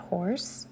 Horse